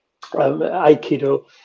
aikido